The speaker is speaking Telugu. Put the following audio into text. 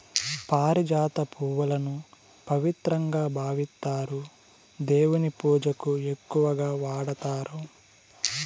పారిజాత పువ్వులను పవిత్రంగా భావిస్తారు, దేవుని పూజకు ఎక్కువగా వాడతారు